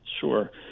Sure